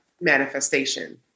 manifestation